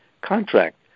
contract